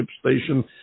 station